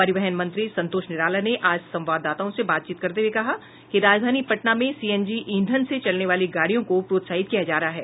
परिवहन मंत्री संतोष निराला ने आज संवाददाताओं से बातचीत करते हुए कहा कि राजधानी पटना में सीएनजी ईंधन से चलने वाली गाड़ियों को प्रोत्साहित किया जा रहा है